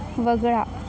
वगळा